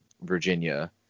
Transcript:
Virginia